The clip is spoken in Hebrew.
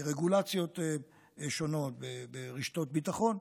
ברגולציות שונות, ברשתות ביטחון,